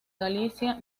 galicia